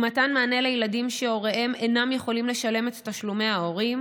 1. מתן מענה לילדים שהוריהם אינם יכולים לשלם את תשלומי ההורים,